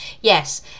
yes